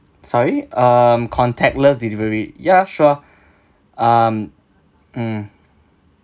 sorry um contactless delivery ya sure um mm